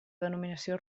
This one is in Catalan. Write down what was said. dominació